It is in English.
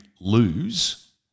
lose